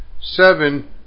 Seven